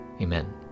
Amen